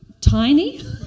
tiny